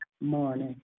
morning